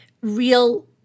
real